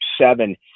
seven